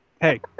Hey